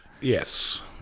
Yes